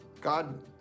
God